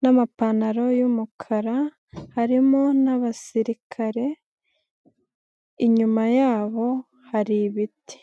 n'amapantaro y'umukara harimo n'abasirikare inyuma yabo hari ibiti.